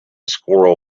squirrel